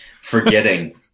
forgetting